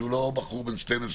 שהוא לא בחור בן 12,